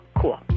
cool